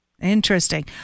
Interesting